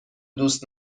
دوست